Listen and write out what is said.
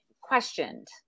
questioned